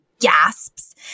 gasps